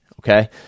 Okay